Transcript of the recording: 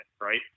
Right